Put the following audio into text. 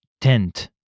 tent